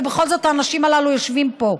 ובכל זאת האנשים הללו יושבים פה,